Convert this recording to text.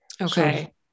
Okay